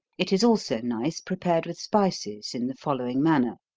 it is also nice prepared with spices in the following manner.